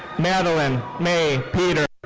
madalyn mae peter.